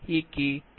02020